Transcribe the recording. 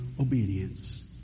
obedience